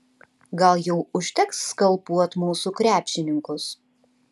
gal jau užteks skalpuot mūsų krepšininkus